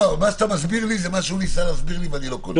מה שאתה מסביר לי זה מה שהוא ניסה להסביר לי ואני לא קולט אותו.